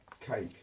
Cake